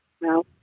No